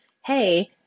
hey